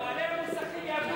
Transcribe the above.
לא, בעלי המוסכים יעבדו